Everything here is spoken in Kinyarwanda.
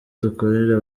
dukorera